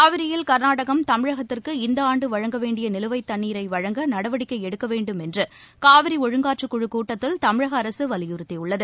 காவிரியில் கர்நாடகம் தமிழகத்திற்கு இந்த ஆண்டு வழங்க வேண்டிய நிலுவைத் தண்ணீரை வழங்க நடவடிக்கை எடுக்க வேண்டும் என்று காவிரி ஒழுங்கூற்றுக் குழுக் கூட்டத்தில் தமிழக அரசு வலியுறத்தியுள்ளது